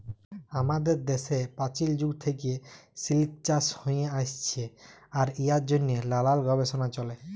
আমাদের দ্যাশে পাচীল যুগ থ্যাইকে সিলিক চাষ হ্যঁয়ে আইসছে আর ইয়ার জ্যনহে লালাল গবেষলা চ্যলে